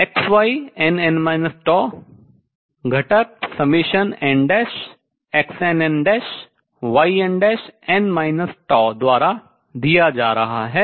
X Ynn घटक nXnnYnn द्वारा दिया जा रहा है